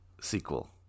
sequel